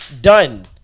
done